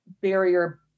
barrier